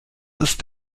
ist